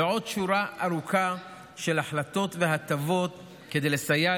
ועוד שורה ארוכה של החלטות והטבות כדי לסייע